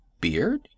beard